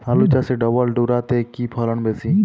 আলু চাষে ডবল ভুরা তে কি ফলন বেশি?